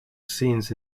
scenes